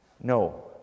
No